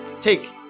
take